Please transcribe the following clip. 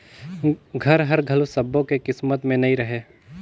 घर हर घलो सब्बो के किस्मत में नइ रहें